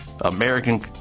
American